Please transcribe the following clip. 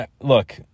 Look